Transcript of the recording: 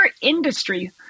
industry